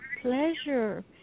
pleasure